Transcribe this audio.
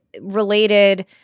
related